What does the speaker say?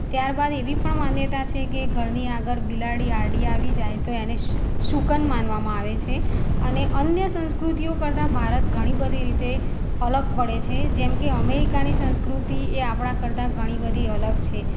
ત્યારબાદ એવી પણ માન્યતા છે કે ઘરની આગળ બિલાડી આડી આવી જાય તો એને શ શુકન માનવામાં આવે છે અને અન્ય સંસ્કૃતિઓ કરતાં ભારત ઘણી બધી રીતે અલગ પડે છે જેમ કે અમેરિકાની સંસ્કૃતિ એ આપણા કરતાં ઘણી બધી અલગ છે